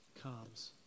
comes